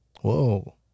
Whoa